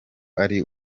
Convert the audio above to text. ari